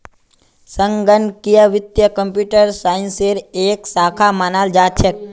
संगणकीय वित्त कम्प्यूटर साइंसेर एक शाखा मानाल जा छेक